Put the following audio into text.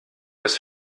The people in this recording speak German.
das